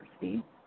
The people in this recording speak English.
University